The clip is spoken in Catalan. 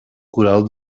coral